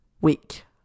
week